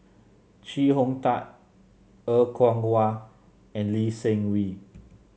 Chee Hong Tat Er Kwong Wah and Lee Seng Wee